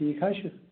ٹھیٖک حظ چھُ